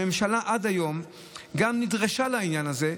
הממשלה עד היום גם נדרשה לעניין הזה,